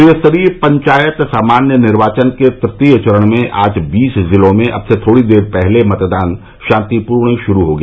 त्रिस्तरीय पंचायत सामान्य निर्वाचन के तृतीय चरण में आज बीस जिलों में अब से थोड़ी देर पहले मतदान शांतिपूर्वक शुरू हो गया